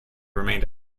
remained